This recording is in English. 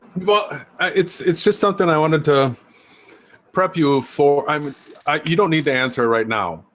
but it's it's just something i wanted to prep you ah for i'm you don't need to answer right now.